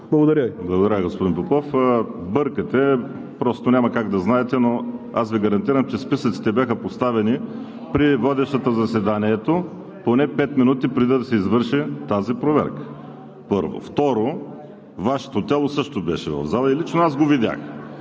СИМЕОНОВ: Благодаря, господин Попов. Бъркате, просто няма как да знаете, но аз Ви гарантирам, че списъците бяха поставени при водещата заседанието поне пет минути преди да се извърши тази проверка, първо. Второ, Вашето тяло също беше в залата и лично аз го видях.